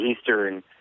Eastern